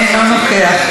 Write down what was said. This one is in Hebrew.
אינו נוכח.